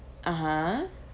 (uh huh)